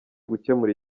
gukemura